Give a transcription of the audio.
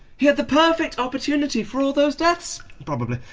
he had the perfect opportunity for all those deaths, probably.